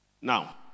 Now